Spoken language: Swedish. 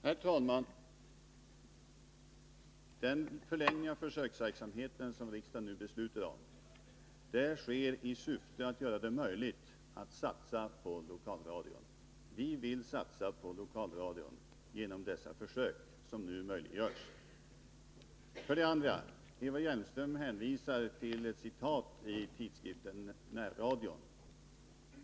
Herr talman! Den förlängning av försöksverksamheten som riksdagen nu beslutar om sker i syfte att göra det möjligt att satsa på lokalradion. Vi vill satsa på lokalradion genom de försök som nu möjliggörs. Eva Hjelmström hänvisar till ett citat i tidskriften Närradion.